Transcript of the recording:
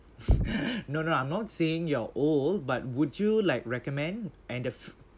no no I'm not saying you're old but would you like recommend and if